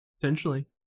potentially